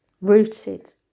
rooted